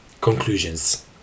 Conclusions